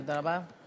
תודה רבה.